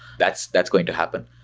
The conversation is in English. that's that's going to happen.